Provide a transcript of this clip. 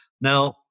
Now